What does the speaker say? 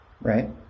Right